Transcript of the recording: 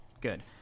good